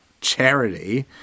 charity